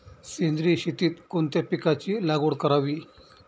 सेंद्रिय शेतीत कोणत्या पिकाची लागवड करावी?